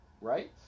right